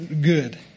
good